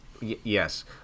Yes